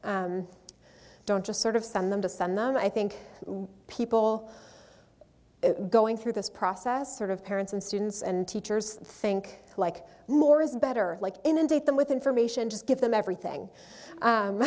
don't just sort of send them to send them i think people going through this process sort of parents and students and teachers think like more is better like inundate them with information just give them everything